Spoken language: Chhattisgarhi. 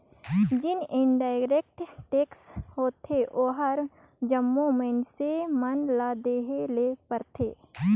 जेन इनडायरेक्ट टेक्स होथे ओहर जम्मो मइनसे मन ल देहे ले परथे